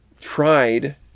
tried